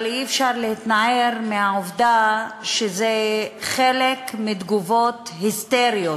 אבל אי-אפשר להתנער מהעובדה שזה חלק מתגובות היסטריות,